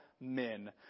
men